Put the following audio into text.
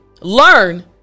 learn